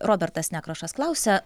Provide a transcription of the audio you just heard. robertas nekrašas klausia